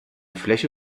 fläche